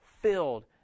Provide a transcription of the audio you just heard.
filled